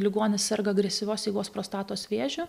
ligonis serga agresyvios eigos prostatos vėžiu